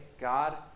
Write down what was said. God